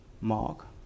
Mark